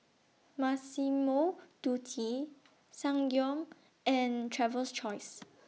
Massimo Dutti Ssangyong and Travels Choice